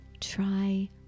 try